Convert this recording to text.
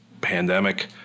pandemic